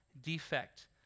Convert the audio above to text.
defect